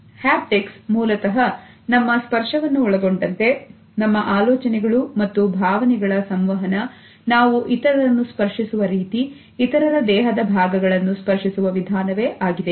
haptics ಮೂಲತಹ ನಮ್ಮ ಸ್ಪರ್ಶವನ್ನು ಒಳಗೊಂಡಂತೆ ನಮ್ಮ ಆಲೋಚನೆಗಳು ಮತ್ತು ಭಾವನೆಗಳ ಸಂವಹನ ನಾವು ಇತರರನ್ನು ಸ್ಪರ್ಶಿಸುವ ರೀತಿ ಇತರರ ದೇಹದ ಭಾಗಗಳನ್ನು ಸ್ಪರ್ಶಿಸುವ ವಿಧಾನವೇ ಆಗಿದೆ